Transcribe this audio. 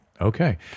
okay